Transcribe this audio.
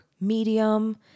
medium